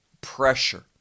pressure